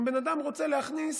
אם בן אדם רוצה להכניס